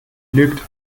lügt